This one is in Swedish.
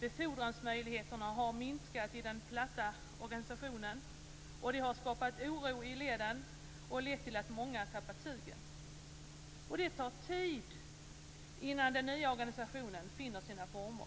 Befordransmöjligheterna har minskat i den platta organisationen, och det har skapat oro i leden och lett till att många har tappat sugen. Det tar tid innan den nya organisationen finner sina former.